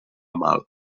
mal